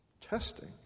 testing